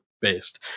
based